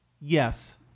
Yes